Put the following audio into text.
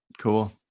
Cool